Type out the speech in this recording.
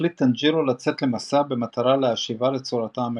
מחליט טאנג'ירו לצאת למסע במטרה להשיבה לצורתה המקורית.